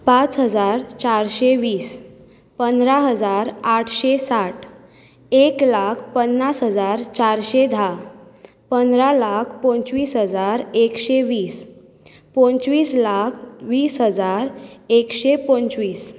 पांच हजार चारशे वीस पंदरा हजार आठशे साठ एक लाख पन्नास हजार चारशे धा पंदरा लाख पंचवीस हजार एकशे वीस पंचवीस लाख वीस हजार एकशे पंचवीस